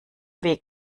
weg